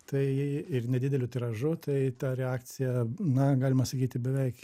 tai ir nedideliu tiražu tai ta reakcija na galima sakyti beveik